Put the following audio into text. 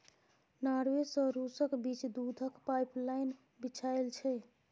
Norway सँ रुसक बीच दुधक पाइपलाइन बिछाएल छै